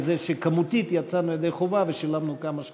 זה שכמותית יצאנו ידי חובה ושילמנו כמה שקלים.